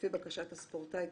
לפי בקשת הספורטאי,